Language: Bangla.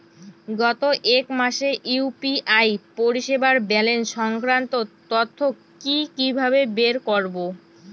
গত এক মাসের ইউ.পি.আই পরিষেবার ব্যালান্স সংক্রান্ত তথ্য কি কিভাবে বের করব?